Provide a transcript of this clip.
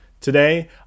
Today